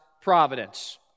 providence